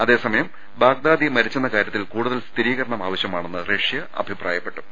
അതേസമയം ബാഗ്ദാദി മരിച്ചെന്ന കാരൃത്തിൽ കൂടുതൽ സ്ഥിരീ കരണം ആവശ്യമാണെന്ന് റഷ്യ അഭിപ്രായപ്പെട്ടു